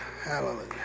Hallelujah